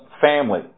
family